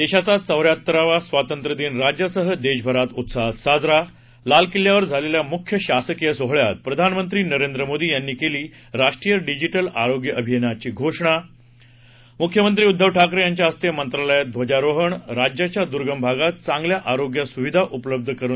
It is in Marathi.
देशाचा चौ याहत्तरावा स्वातंत्र्यदिन राज्यासह देशभरात उत्साहात साजरा लाल किल्ल्यावर झालेल्या मुख्य शासकीय सोहळ्यात प्रधानमंत्री नरेंद्र मोदी यांनी केली राष्ट्रीय डिजिटल आरोग्य अभियानाची घोषणा मुख्यमंत्री उद्दव ठाकरे यांच्या हस्ते मंत्रालयात ध्वजारोहण राज्याच्या दूर्गम भागात चांगल्या आरोग्य सुविधा उपलब्ध करुन